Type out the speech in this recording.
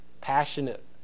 passionate